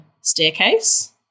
staircase